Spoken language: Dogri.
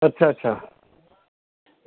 अच्छा अच्छा